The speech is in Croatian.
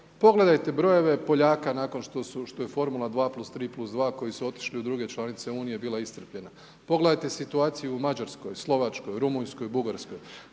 Pogledajte brojeve Poljaka nakon što je formula 2+3+2, koji su otišli u druge članice Unije bila iscrpljena, pogledajte situaciju u Mađarskoj, Slovačkoj, Rumunjskoj, Bugarskoj.